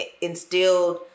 instilled